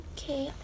Okay